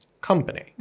company